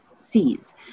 sees